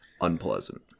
unpleasant